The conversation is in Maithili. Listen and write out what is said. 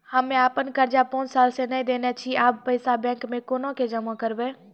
हम्मे आपन कर्जा पांच साल से न देने छी अब पैसा बैंक मे कोना के जमा करबै?